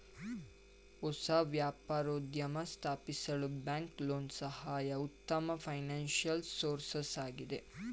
ಹೊಸ ವ್ಯಾಪಾರೋದ್ಯಮ ಸ್ಥಾಪಿಸಲು ಬ್ಯಾಂಕ್ ಲೋನ್ ಸಹ ಉತ್ತಮ ಫೈನಾನ್ಸಿಯಲ್ ಸೋರ್ಸಸ್ ಆಗಿದೆ